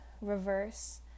reverse